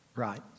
Right